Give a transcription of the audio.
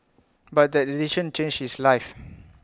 but that decision changed his life